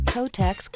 Kotex